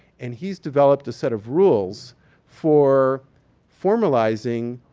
and he's developed a set of rules for formulizing